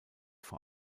vor